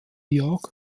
york